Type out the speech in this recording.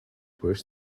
worse